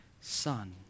son